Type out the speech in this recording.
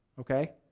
Okay